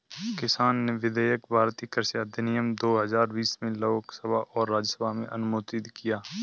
किसान विधेयक भारतीय कृषि अधिनियम दो हजार बीस में लोकसभा और राज्यसभा में अनुमोदित किया